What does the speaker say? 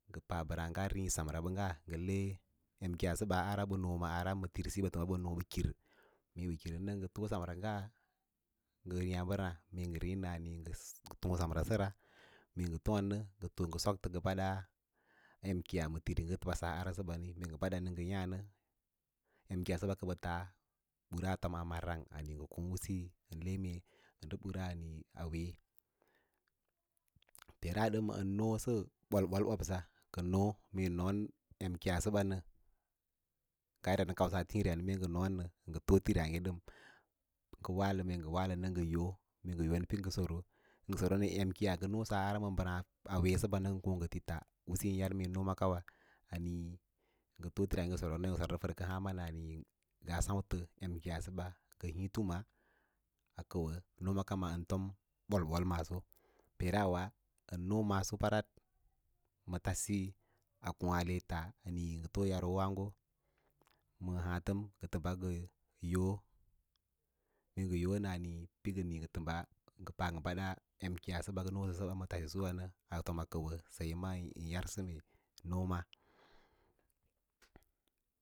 Ngə pa mbəraã ngaa rii samra bəngga, em kiya səba ma tíríya ɓə fomaa ara ɓə noo bəkiri mee ɓə kirí nə ngə too samraꞌnga ngə yaã ɓəras, ngə tǒǒ samra mee ngə tǒǒ nə ngə sok tə ngə badaa a en kiiya ma tiri ngə badsas ara səbaní mee badan ngə yaã nə em kííya səba kə ɓə talo bura a tomaa ma nang ngə kǒǒ to usu ən le mee ndə bura awee peera dəm ən noosə ɓol-ɓol ɓoɓoss mee noon em kiya səba nə ngas yadda nə kausa tiĩya ngətəo tír yaage, mee ngə walən ngə yo, mee yon ngə soro mee ngə noo em kiya ngə nasa ara səbanə ngə kǒǒ ngəti ta ya mee nooma karwa ngə too tír ngə soro me ngə soran afərkə haãma nə ngaa sâulə em kííya səba ngə híí tums a kəu ən nooma kams ən fom bol bol maabo mee ra we ən noo maaso parat ma tasíyi a kǒǒ ale ta ngə too ya waãgo ma ǎǎtəm ngə təmba ngə yo mee ngə yo nə ngə təmba gə yo mee ngə yo nə ngə tə mbe ngə pa ngə baɗa em kiiya səba ngə noo ma tase mwe roə a fomaa kəu wə siye man yar sə mee noma.